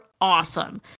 awesome